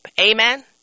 Amen